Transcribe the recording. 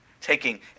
taking